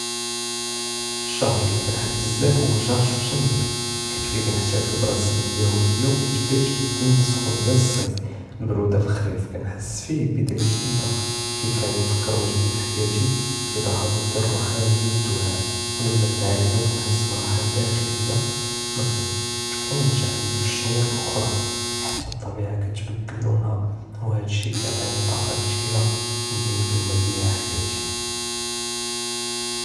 אלשهر אללי קנהב בזאף הוא חודש סופמבר, חבת פיוה קנהתאפלו בראס אסנה ו כתבדא אלסחוניה דיאל אסיף, אלבורודה פי אלח'ריף קנהס פיוה בדיאה חדשה, קידפעני נפקר מן חדש פי חיאתי, פי להזאטי אלרוחאניה ו אלד'ואה, ו למת אלעאילה ו קנהס בראחה דחלייה מאקתכונש ענדי פי אלשחור אלאוכרא, חתא אלטביעה קתבדל לונהא, ו האד השי קיעטיני טאקה קתירה אני נקמל ביה חיאתי.